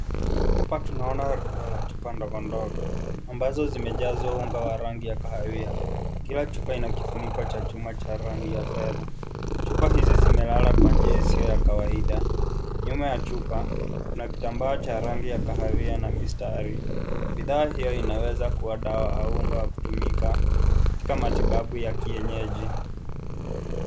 Hapa tunaona rundo la chupa ndogondogo ambazo zimejazwa ungwa wa rangi ya kahawia. Kila chupa ina kifuniko cha chuma cha rangi ya fedha. Chupa hizi zimelala kwa njia isiyo ya kawaida. Nyuma ya chupa kuna kitambaa cha rangi ya kahawia na mistari. Bidhaa hio inaweza kuwa dawa au unga wa kutumika katika matibabu ya kienyeji.